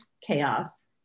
chaos